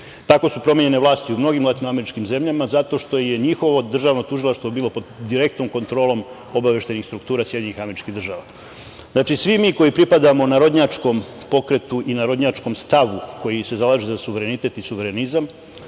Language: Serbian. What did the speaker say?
Tako su promenjene vlasti u mnogim latinoameričkim zemljama, zato što je njihovo državno tužilaštvo bilo pod direktnom kontrolom obaveštajnih struktura SAD.Znači svi mi koji pripadamo narodnjačkom pokretu i narodnjačkom stavu, koji se zalaže za suverenitet i suverenizam,